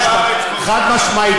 חד-משמעית.